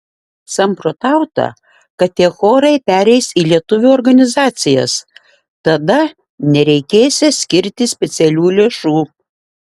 samprotauta kad tie chorai pereis į lietuvių organizacijas tada nereikėsią skirti specialių lėšų